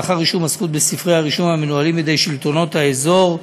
לאחר רישום הזכות בספרי הרישום המנוהלים בידי שלטונות האזור,